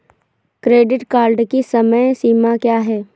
Credit card की समय सीमा क्या है?